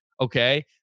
Okay